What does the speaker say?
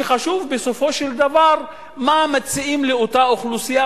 בסופו של דבר חשוב מה מציעים לאותה אוכלוסייה,